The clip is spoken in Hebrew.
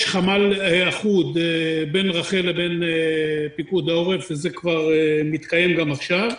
חמ"ל אחוד בין רח"ל ובין פיקוד העורף וזה מתקיים גם עכשיו.